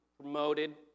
promoted